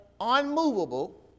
unmovable